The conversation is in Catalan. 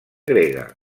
grega